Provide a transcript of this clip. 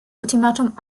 ultimatum